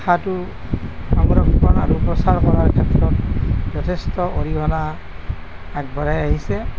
ভাষাটো সংৰক্ষণ আৰু প্ৰচাৰ কৰাৰ ক্ষেত্ৰত যথেষ্ট অৰিহণা আগবঢ়াই আহিছে